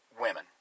women